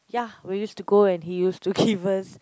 ya we used to go and he used to give us